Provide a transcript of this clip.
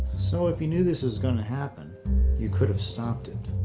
so if he knew this was gonna happen you could have stopped it.